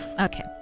Okay